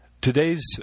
Today's